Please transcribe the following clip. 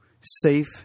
safe